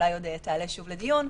שאולי עוד תעלה שוב לדיון,